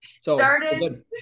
Started